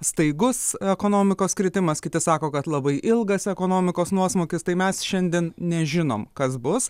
staigus ekonomikos kritimas kiti sako kad labai ilgas ekonomikos nuosmukis tai mes šiandien nežinom kas bus